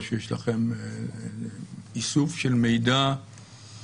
כמו שאמר חבר הכנסת רוטמן,